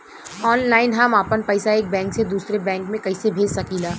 Online हम आपन पैसा एक बैंक से दूसरे बैंक में कईसे भेज सकीला?